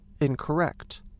incorrect